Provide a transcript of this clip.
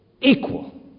equal